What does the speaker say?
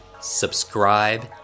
subscribe